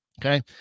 Okay